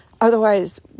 Otherwise